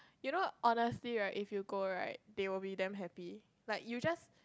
you know honestly right if you go right they will be damn happy like you just